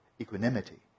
equanimity